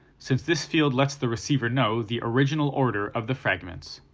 since this field lets the receiver know the original order of the fragments.